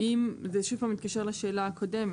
זה שוב פעם מתקשר לשאלה הקודמת.